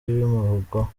bimuvugwaho